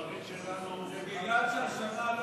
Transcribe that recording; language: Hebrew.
בדרכים שלנו, זה בגלל שהשנה לא,